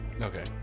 Okay